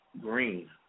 Green